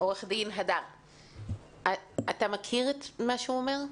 עו"ד הדר, אתה מכיר את מה שהוא אומר?